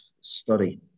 study